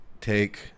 take